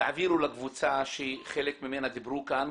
תעבירו לקבוצה שחלק ממנה דיברו כאן,